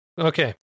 Okay